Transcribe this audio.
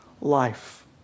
life